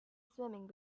swimming